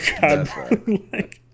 God